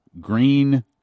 Green